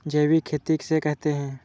जैविक खेती किसे कहते हैं?